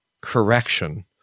correction